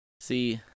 See